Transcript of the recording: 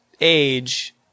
age